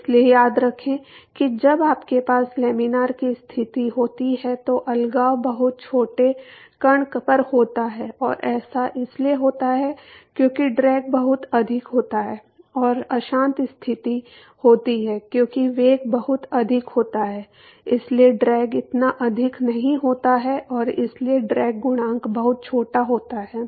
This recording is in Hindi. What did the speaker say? इसलिए याद रखें कि जब आपके पास लैमिनार की स्थिति होती है तो अलगाव बहुत छोटे कोण पर होता है और ऐसा इसलिए होता है क्योंकि ड्रैग बहुत अधिक होता है और अशांत स्थिति होती है क्योंकि वेग बहुत अधिक होता है इसलिए ड्रैग इतना अधिक नहीं होता है और इसलिए ड्रैग गुणांक बहुत छोटा होता है